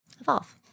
evolve